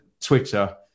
Twitter